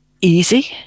easy